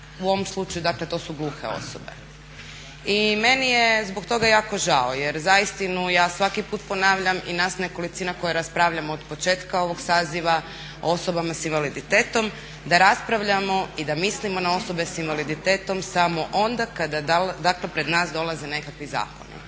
U ovom slučaju, dakle to su gluhe osobe. I meni je zbog toga jako žao, jer za istinu ja svaki put ponavljam i nas nekolicina koja raspravljamo od početka ovog saziva o osobama sa invaliditetom da raspravljamo i da mislimo na osobe sa invaliditetom samo onda kada, dakle pred nas dolaze nekakvi zakoni.